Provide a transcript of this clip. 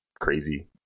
crazy